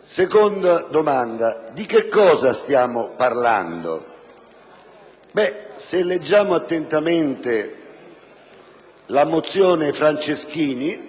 Seconda domanda: di che cosa stiamo parlando? Se leggiamo attentamente la mozione Franceschini